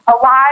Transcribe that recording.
alive